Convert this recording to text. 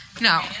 No